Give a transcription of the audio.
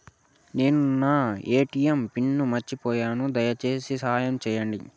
నేను నా ATM pin మర్చిపోయాను, దయచేసి సహాయం చేయండి